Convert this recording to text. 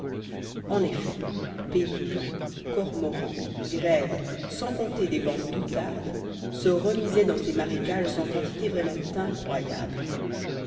en effet pélicans cormorans grèbes sans compter des bandes d'outardes se remisaient dans ces marécages en quantités vraiment incroyables